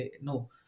No